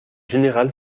général